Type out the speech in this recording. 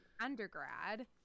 undergrad